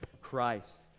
Christ